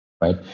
right